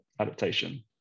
adaptation